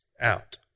out